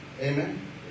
Amen